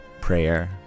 prayer